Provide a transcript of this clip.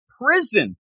prison